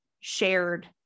shared